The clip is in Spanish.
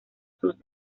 sus